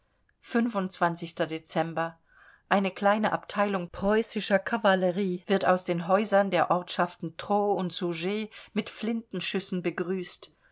dezember eine kleine abteilung preußischer kavallerie wird aus den häusern der ortschaften troo und soug mit flintenschüssen begrüßt